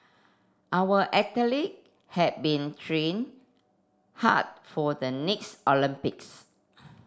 our athlete have been trained hard for the next Olympics